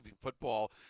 football